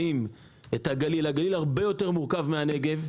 הגליל הרבה יותר מורכב מן הנגב.